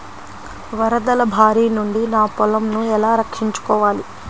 వరదల భారి నుండి నా పొలంను ఎలా రక్షించుకోవాలి?